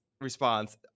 response